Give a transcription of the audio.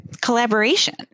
collaboration